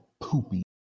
poopy